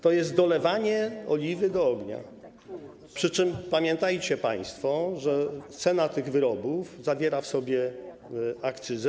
To jest dolewanie oliwy do ognia, przy czym pamiętajcie państwo, że cena tych wyrobów zawiera w sobie akcyzę.